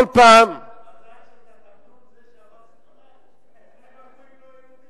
נסים, מזל שאת התמנון פה אוכלים הגויים,